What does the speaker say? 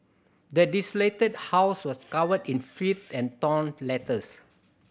the desolated house was covered in filth and torn letters